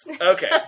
Okay